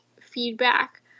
feedback